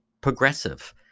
progressive